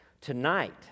tonight